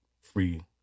free